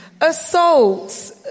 assaults